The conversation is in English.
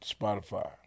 Spotify